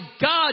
God